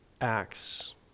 acts